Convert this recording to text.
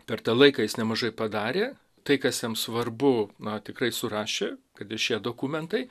per tą laiką jis nemažai padarė tai kas jam svarbu na tikrai surašė kad ir šie dokumentai